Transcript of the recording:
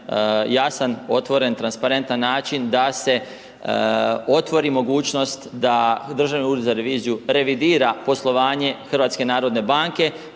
jasan, otvoren, transparentan način da se otvori mogućnost da Državni ured za reviziju revidira poslovanje HNB-a, pri tome ne